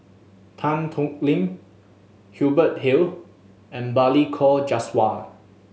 Tan Thoon Lip Hubert Hill and Balli Kaur Jaswal